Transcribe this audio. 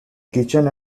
kitchen